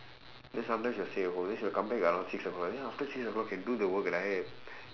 then sometime she will stay at home then she will come back at around six o'clock then after six o'clock can do the work right